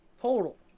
total